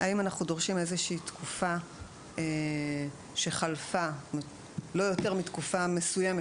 האם אנחנו דורשים איזושהי תקופה שחלפה שהיא לא יותר מתקופה מסוימת